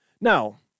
Now